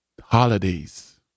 Holidays